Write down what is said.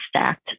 stacked